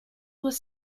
was